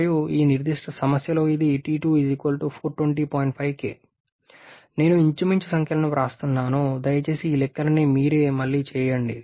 మరియు ఈ నిర్దిష్ట సమస్య లో ఇది నేను ఇంచుమించు సంఖ్యలను వ్రాస్తున్నాను దయచేసి ఈ లెక్కలన్నీ మీరే చేయండి